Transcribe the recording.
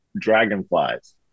dragonflies